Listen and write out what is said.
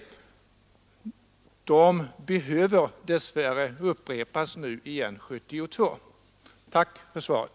De behöver dess värre upprepas igen år 1972. Jag tackar än en gång för svaret.